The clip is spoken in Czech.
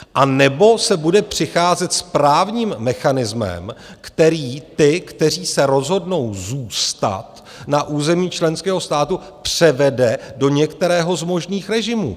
Anebo se bude přicházet s právním mechanismem, který ty, kteří se rozhodnou zůstat na území členského státu, převede do některého z možných režimů.